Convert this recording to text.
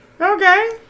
Okay